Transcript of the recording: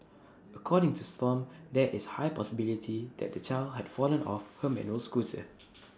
according to stomp there is A high possibility that the child had fallen off her manual scooser